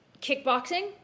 kickboxing